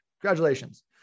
congratulations